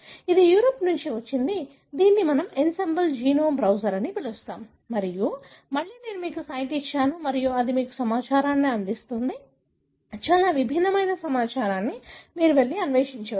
ఇది యూరప్ నుండి వచ్చింది దీనిని మనము ఎన్సెంబ్ల్ జీనోమ్ బ్రౌజర్ అని పిలుస్తాము మరియు మళ్లీ నేను మీకు సైట్ ఇచ్చాను మరియు అది మీకు సమాచారాన్ని అందిస్తుంది చాలా విభిన్నమైన సమాచారాన్ని మీరు వెళ్లి అన్వేషించవచ్చు